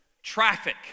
traffic